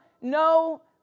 no